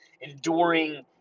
enduring